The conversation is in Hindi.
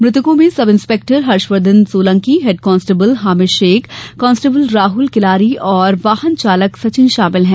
मृतकों में sub inspector Harshvardhan Solanki head constable Hamid Sheikh constable Rahal Kelari और वाहन चालक सचिन शामिल है